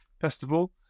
festival